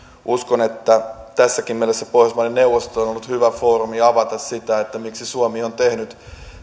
uskon että tässäkin mielessä pohjoismaiden neuvosto on ollut hyvä foorumi avata sitä miksi suomi on tehnyt